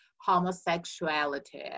homosexuality